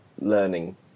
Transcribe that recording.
learning